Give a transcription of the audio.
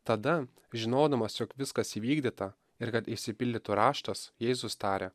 tada žinodamas jog viskas įvykdyta ir kad išsipildytų raštas jėzus taria